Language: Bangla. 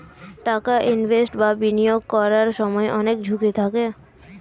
টাকা ইনভেস্ট বা বিনিয়োগ করার সময় অনেক ঝুঁকি থাকে